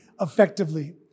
effectively